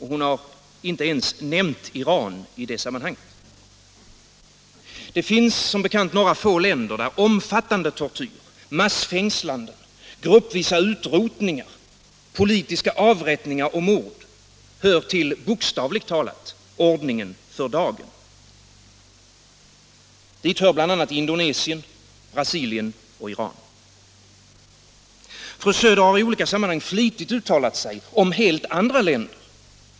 Hon har inte ens nämnt Iran i det sammanhanget. Det finns som bekant några få länder där omfattande tortyr, massfängslanden, gruppvisa utrotningar, politiska avrättningar och mord hör till, bokstavligt talat, ordningen för dagen. Fru Söder har i olika sammanhang flitigt uttalat sig om helt andra länder.